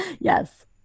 Yes